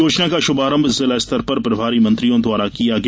योजना का शुभारंभ जिलास्तर पर प्रभारी मंत्रियों द्वारा किया गया